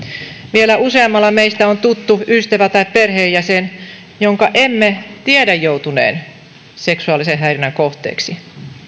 vielä useammalla meistä on tuttu ystävä tai perheenjäsen jonka emme tiedä joutuneen seksuaalisen häirinnän kohteeksi